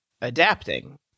adapting